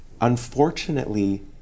unfortunately